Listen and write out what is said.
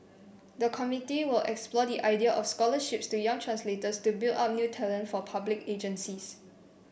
the committee will explore the idea of scholarships to young translators to build up new talent for public agencies